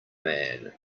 man